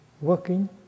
working